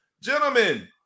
Gentlemen